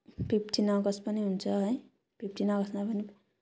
fifteen August पनि हुन्छ है फिफ्टिन अगस्टमा पनि